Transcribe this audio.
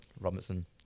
Robinson